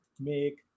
make